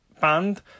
band